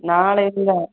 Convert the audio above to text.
ನಾಳೆಯಿಂದ